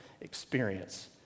experience